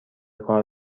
کار